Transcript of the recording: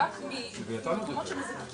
אפרופו הפעלה עונתית,